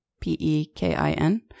P-E-K-I-N